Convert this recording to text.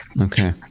okay